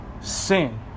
sin